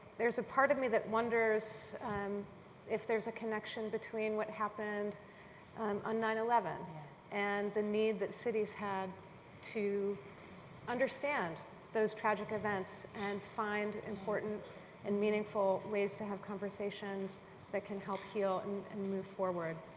there's a part of me that wonders if there's a connection between what happened um on nine eleven and the need that cities have to understand those tragic events and find important and meaningful ways to have conversations that can help heal and and move forward.